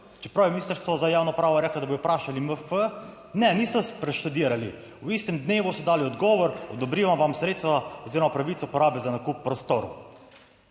čeprav je Ministrstvo za javno upravo reklo, da bodo vprašali MF, ne, niso preštudirali, v istem dnevu so dali odgovor, odobrimo vam sredstva oziroma pravico porabe za nakup prostorov,